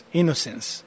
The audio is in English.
innocence